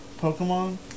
Pokemon